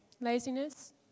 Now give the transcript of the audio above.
Laziness